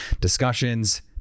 discussions